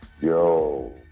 Yo